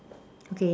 okay